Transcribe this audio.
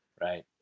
Right